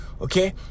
okay